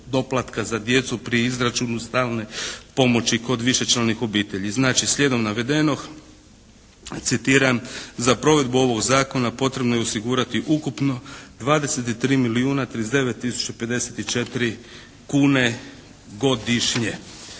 doplatka za djecu pri izračunu stalne pomoći kod višečlanih obitelji. Znači slijedom navedenog citiram: "Za provedbu ovog Zakona potrebno je osigurati ukupno 23 milijuna 39 tisuća 54 kune godišnje".